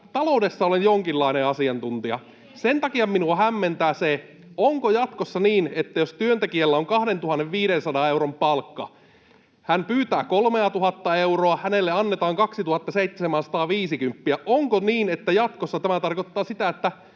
Taloudessa olen jonkinlainen asiantuntija, sen takia minua hämmentää se, onko jatkossa niin, että jos työntekijällä on 2 500 euron palkka, hän pyytää 3 000 euroa ja hänelle annetaan 2 750 euroa, että jatkossa tämä tarkoittaa sitä,